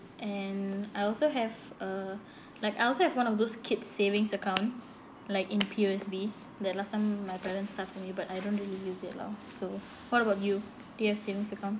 and I also have a like I also have one of those kids savings account like in P_O_S_B that last time my parents start me but I don't really use it lah so what about you do you have savings account